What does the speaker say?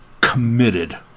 committed